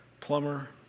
plumber